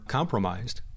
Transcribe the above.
compromised